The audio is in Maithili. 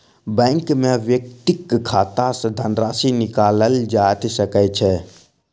बैंक में व्यक्तिक खाता सॅ धनराशि निकालल जा सकै छै